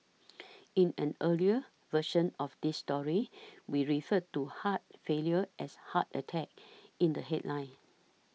in an earlier version of this story we referred to heart failure as heart attack in the headline